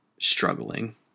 struggling